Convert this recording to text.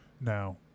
Now